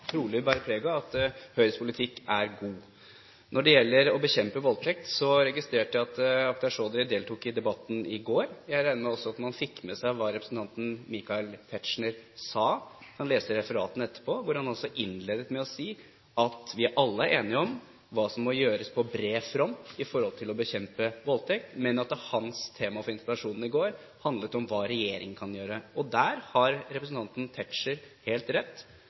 trolig bære preg av at Høyres politikk er god. Når det gjelder å bekjempe voldtekt, registrerte jeg at Akhtar Chaudhry deltok i debatten i går. Jeg regner også med at man fikk med seg hva representanten Michael Tetzschner sa. Man kan lese referatene etterpå. Han innledet altså med å si at vi alle er enige om hva som må gjøres på bred front for å bekjempe voldtekt, men at hans tema for interpellasjonen i går handlet om hva regjeringen kan gjøre. Og der har representanten Tetzschner helt rett: